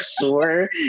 sure